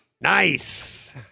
nice